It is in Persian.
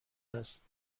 هست